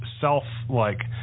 self-like